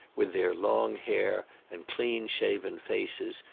with their long hair and clean-shaven faces,